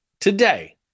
today